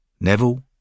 Neville